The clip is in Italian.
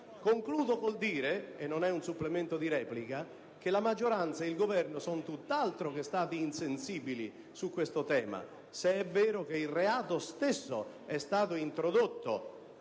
Concludo dicendo - e non è un supplemento di replica - che la maggioranza e il Governo sono stati tutt'altro che insensibili su questo tema, se è vero che il reato stesso è stato introdotto